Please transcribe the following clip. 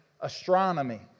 astronomy